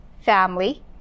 family